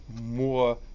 more